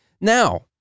Now